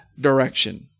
direction